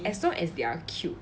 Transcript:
as long as they're cute